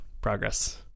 progress